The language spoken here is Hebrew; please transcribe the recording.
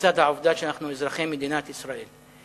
לצד העובדה שאנחנו אזרחי מדינת ישראל.